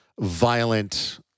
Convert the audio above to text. violent